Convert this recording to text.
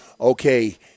okay